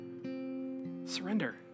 Surrender